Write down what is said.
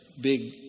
big